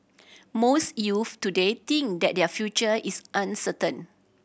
most youths today think that their future is uncertain